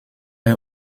est